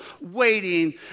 waiting